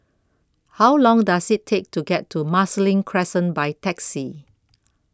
How Long Does IT Take to get to Marsiling Crescent By Taxi